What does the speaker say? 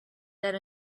that